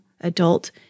adult